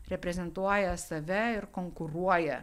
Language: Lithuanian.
reprezentuoja save ir konkuruoja